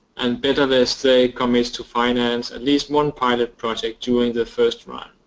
and bettervest commits to finance at least one pilot project during the first round.